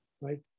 right